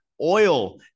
oil